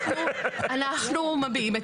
אנחנו מביעים את